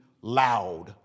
Loud